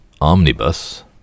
Omnibus